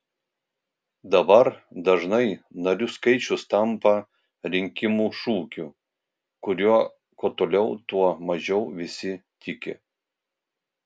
dabar dažnai narių skaičius tampa rinkimų šūkiu kuriuo kuo toliau tuo mažiau visi tiki